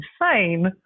insane